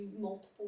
multiple